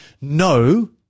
no